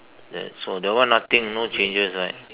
that's so that one nothing on changes right